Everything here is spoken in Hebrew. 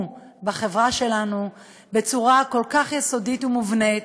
בחברה שלנו בצורה כל כך יסודית ומובנת